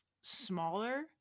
smaller